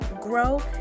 grow